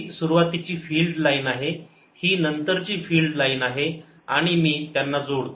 ही सुरुवातीची field line आहे ही नंतरची फिल्ड लाईन आहे आणि मी त्यांना जोडतो